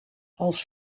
als